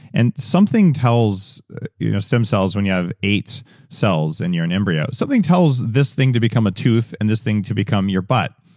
and something tells you know stem cells. when you have eight cells, and you're an embryo, something tells this thing to become a tooth, and this thing to become your butt,